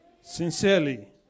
Sincerely